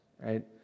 right